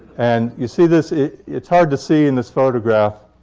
and you see this it's hard to see in this photograph,